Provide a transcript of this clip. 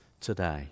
today